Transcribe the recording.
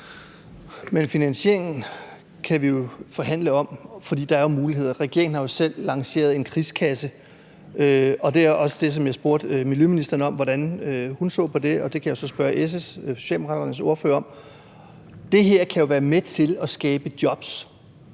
Men finansieringen kan vi jo forhandle om, for der er muligheder. Regeringen har selv lanceret en krigskasse, og jeg spurgte også miljøministeren om, hvordan hun så på det, og det kan jeg jo så spørge Socialdemokraternes ordfører om. Det her kan jo være med til at skabe jobs.